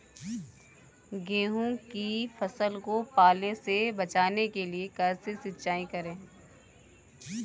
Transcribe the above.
गेहूँ की फसल को पाले से बचाने के लिए कैसे सिंचाई करें?